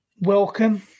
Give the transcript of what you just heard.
welcome